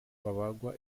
babagwa